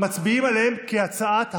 מצביעים עליהם כהצעת הוועדה.